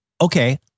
Okay